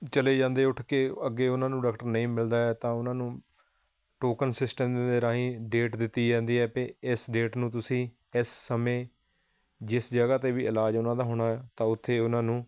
ਚਲੇ ਜਾਂਦੇ ਉੱਠ ਕੇ ਅੱਗੇ ਉਹਨਾਂ ਨੂੰ ਡਾਕਟਰ ਨਹੀਂ ਮਿਲਦਾ ਹੈ ਤਾਂ ਉਹਨਾਂ ਨੂੰ ਟੋਕਨ ਸਿਸਟਮ ਦੇ ਰਾਹੀਂ ਡੇਟ ਦਿੱਤੀ ਜਾਂਦੀ ਹੈ ਵੀ ਇਸ ਡੇਟ ਨੂੰ ਤੁਸੀਂ ਇਸ ਸਮੇਂ ਜਿਸ ਜਗ੍ਹਾ 'ਤੇ ਵੀ ਇਲਾਜ ਉਹਨਾਂ ਦਾ ਹੋਣਾ ਹੈ ਤਾਂ ਉੱਥੇ ਉਹਨਾਂ ਨੂੰ